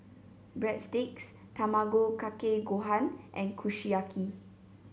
Breadsticks Tamago Kake Gohan and Kushiyaki